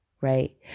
right